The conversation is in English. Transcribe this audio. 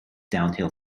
downhill